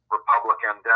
Republican